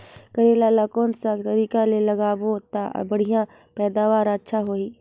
करेला ला कोन सा तरीका ले लगाबो ता बढ़िया पैदावार अच्छा होही?